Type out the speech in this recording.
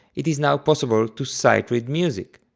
it is now possible to sight read music.